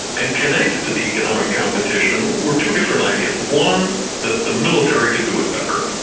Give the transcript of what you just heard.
and connected to the economic competition were two different ideas. one, that the military could do it better,